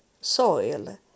soil